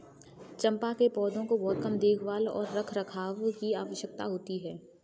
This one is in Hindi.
चम्पा के पौधों को बहुत कम देखभाल और रखरखाव की आवश्यकता होती है